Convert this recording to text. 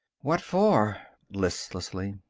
what for? listlessly.